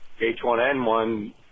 H1N1